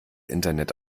internet